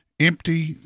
empty